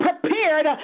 prepared